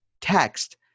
text